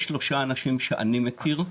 יש שלושה אנשים שאני מכיר,